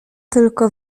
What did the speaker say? tylko